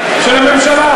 של הממשלה.